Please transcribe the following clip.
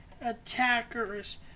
attackers